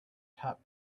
top